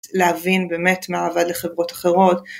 להבין באמת מה עבד לחברות אחרות.